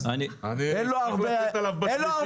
אז אין לו הרבה חמצן.